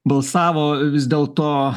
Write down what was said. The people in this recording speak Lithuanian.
balsavo vis dėl to